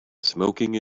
smoking